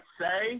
say